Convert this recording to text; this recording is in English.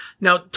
now